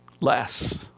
less